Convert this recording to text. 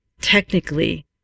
Technically